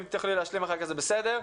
אם תוכלי להשלים אחר כך זה בסדר.